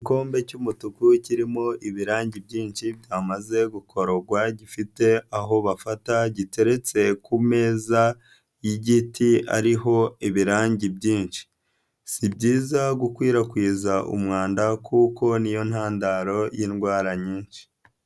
Igikombe cy'umutuku kirimo ibiragi byinshi byamaze gukororwa gifite aho bafata, giteretse ku meza y'igiti, ariho ibirangi byinshi. Si byiza gukwirakwiza umwanda kuko niyo ntandaro y'indwara nyinshi.